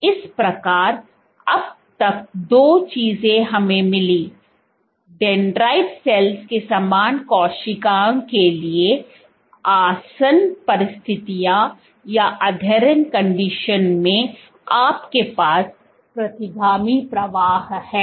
इस प्रकार अब तक दो चीजें हमें मिलीं डेंड्रिटिक सेल्स के समान कोशिकाओं के लिए आसन्न परिस्थितियों में आपके पास प्रतिगामी प्रवाह है